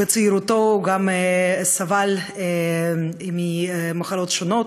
בצעירותו הוא גם סבל ממחלות שונות.